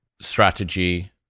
strategy